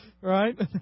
right